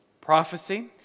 Prophecy